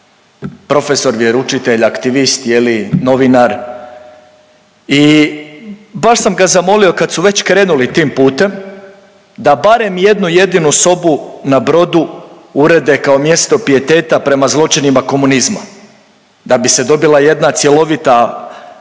profesor, vjeroučitelj, aktivist, je li, novinar i baš sam ga zamolio, kad su već krenuli tim putem, da barem jednu jedinu sobu na brodu urede kao mjesto pijeteta prema zločinima komunizma, da bi se dobila jedna cjelovita